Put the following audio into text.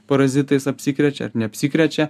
parazitais apsikrečia ar neapsikrečia